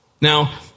Now